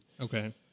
Okay